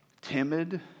timid